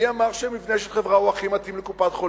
מי אמר שמבנה של חברה הוא הכי מתאים לקופת-חולים?